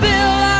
Bill